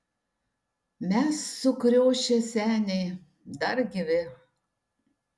mes sukriošę seniai dar gyvi